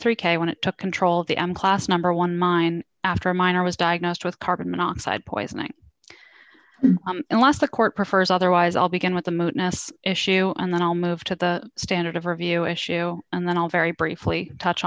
three k when it took control of the m class number one mine after a miner was diagnosed with carbon monoxide poisoning and lost a court prefers otherwise i'll begin with the issue and then i'll move to the standard of review issue and then i'll very briefly touch